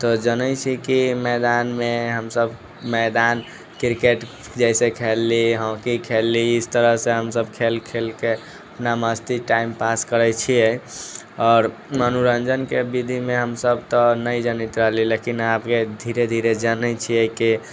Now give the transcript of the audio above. तऽ जनै छी की मैदानमे हमसब मैदान क्रिकेट जैसे खेलली हॉकी खेलली इस तरहसँ हमसब खेल खेल कऽ अपना मस्ती टाइम पास करै छियै आओर मनोरञ्जनके विधिमे हमसब तऽ नहि जानैत रहलियै लेकिन आब धीरे धीरे जनै छियै की